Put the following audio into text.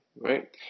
Right